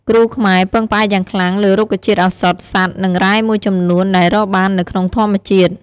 គ្រូខ្មែរពឹងផ្អែកយ៉ាងខ្លាំងលើរុក្ខជាតិឱសថ សត្វ និងរ៉ែមួយចំនួនដែលរកបាននៅក្នុងធម្មជាតិ។